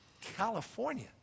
California